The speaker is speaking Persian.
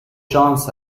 شانس